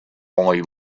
only